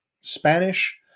Spanish